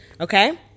Okay